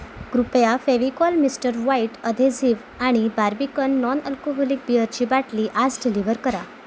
कृपया Fevicol Mister White adhesive आणि Barbican non alcoholic बिअरची बाटली आज डिलिव्हर करा